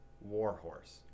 warhorse